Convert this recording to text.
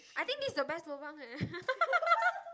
I think this is the best lobang eh